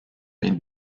been